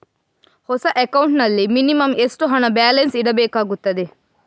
ಹೊಸ ಅಕೌಂಟ್ ನಲ್ಲಿ ಮಿನಿಮಂ ಎಷ್ಟು ಹಣ ಬ್ಯಾಲೆನ್ಸ್ ಇಡಬೇಕಾಗುತ್ತದೆ?